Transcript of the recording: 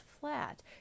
flat